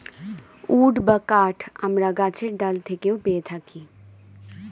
would বা কাঠ আমরা গাছের ডাল থেকেও পেয়ে থাকি